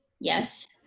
yes